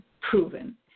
proven